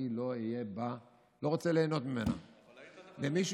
אני רוצה לספר לכם,